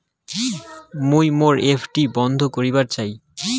মুই মোর এফ.ডি বন্ধ করিবার চাই